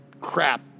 crap